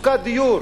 מצוקת דיור,